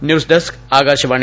news desk Akashvani